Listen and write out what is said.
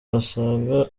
basenga